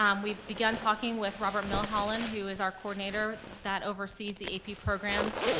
um we've begun talking with robert mill holland who is our coordinator that oversees the ap programs,